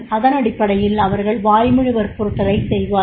அதனடிப்படையில் அவர்கள் வாய்மொழி வற்புறுத்தலை செய்வார்கள்